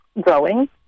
growing